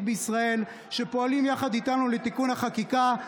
בישראל שפועלים יחד איתנו לתיקון החקיקה.